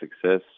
success